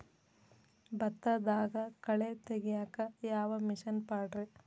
ಭತ್ತದಾಗ ಕಳೆ ತೆಗಿಯಾಕ ಯಾವ ಮಿಷನ್ ಪಾಡ್ರೇ?